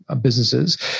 businesses